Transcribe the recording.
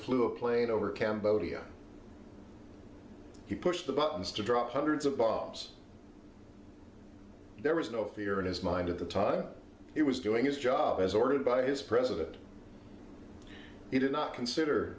flew a plane over cambodia he pushed the buttons to drop hundreds of bobs there was no fear in his mind at the time it was doing his job as ordered by his president he did not consider